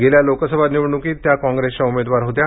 गेल्या लोकसभा निवडणुकीत त्या काँग्रेसच्या उमेदवार होत्या